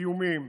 באיומים.